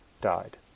died